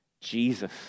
Jesus